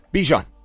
Bijan